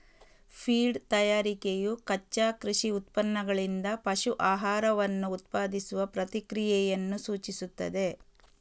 feed ತಯಾರಿಕೆಯು ಕಚ್ಚಾ ಕೃಷಿ ಉತ್ಪನ್ನಗಳಿಂದ ಪಶು ಆಹಾರವನ್ನು ಉತ್ಪಾದಿಸುವ ಪ್ರಕ್ರಿಯೆಯನ್ನು ಸೂಚಿಸುತ್ತದೆ